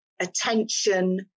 attention